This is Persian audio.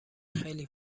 خیلی